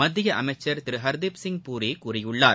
மத்திய அமைச்சர்திரு ஹர்திப்சிங் பூரி கூறியுள்ளார்